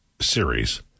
series